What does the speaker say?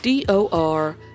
DOR